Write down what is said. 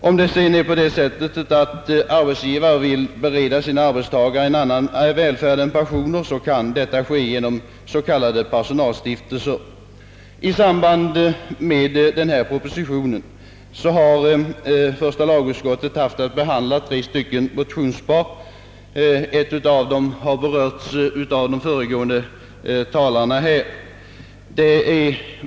Om sedan arbetsgivare vill bereda sina arbetstagare annan välfärd än pension kan detta enligt förslaget ske genom särskild s.k. personalstiftelse. I samband med propositionen har första lagutskottet haft att behandla tre motionspar. Ett av dem har berörts av föregående talare.